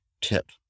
tip